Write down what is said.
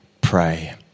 pray